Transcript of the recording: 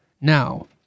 Now